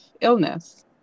illness